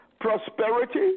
Prosperity